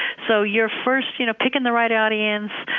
so you're first you know picking the right audience,